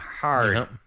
hard